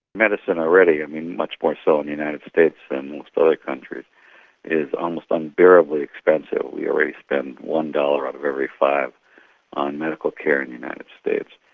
medicine already much more so in the united states than most other countries is almost unbearably expensive. we already spend one dollar out of every five on medical care in the united states.